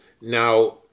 Now